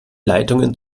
leitungen